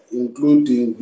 including